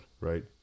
right